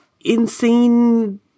insane